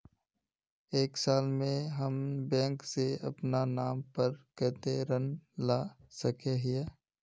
एक साल में हम बैंक से अपना नाम पर कते ऋण ला सके हिय?